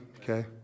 okay